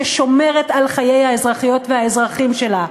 ששומרת על חיי האזרחיות והאזרחים שלה.